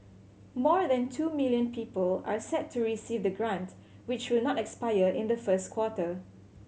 more than two million people are set to receive the grant which will not expire in the first quarter